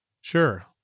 Sure